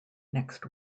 next